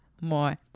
More